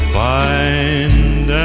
find